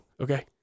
Okay